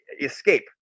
escape